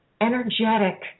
energetic